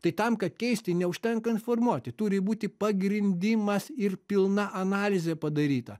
tai tam kad keisti neužtenka informuoti turi būti pagrindimas ir pilna analizė padaryta